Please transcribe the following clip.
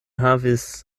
havis